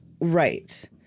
Right